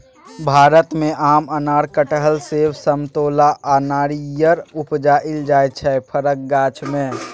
भारत मे आम, अनार, कटहर, सेब, समतोला आ नारियर उपजाएल जाइ छै फरक गाछ मे